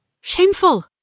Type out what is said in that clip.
Shameful